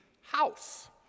house